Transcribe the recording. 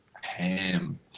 ham